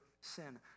sin